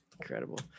Incredible